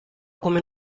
come